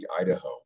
Idaho